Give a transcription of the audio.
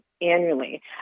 annually